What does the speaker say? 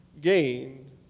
gained